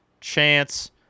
chance